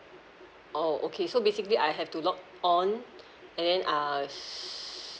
oh okay so basically I have to log on and then I